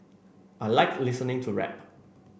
I like listening to rap